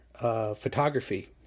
photography